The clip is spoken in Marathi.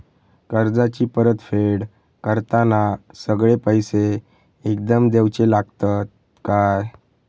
कर्जाची परत फेड करताना सगळे पैसे एकदम देवचे लागतत काय?